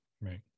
Right